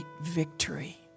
victory